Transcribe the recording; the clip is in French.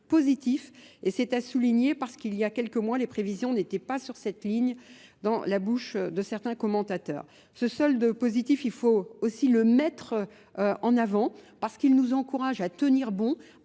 et c'est à souligner parce qu'il y a quelques mois les prévisions n'étaient pas sur cette ligne dans la bouche de certains commentateurs. Ce solde positif, il faut aussi le mettre en avant parce qu'il nous encourage à tenir bon,